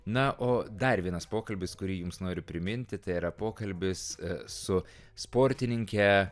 na o dar vienas pokalbis kurį jums noriu priminti tai yra pokalbis su sportininke